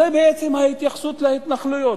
זו בעצם ההתייחסות להתנחלויות.